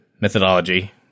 methodology